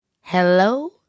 Hello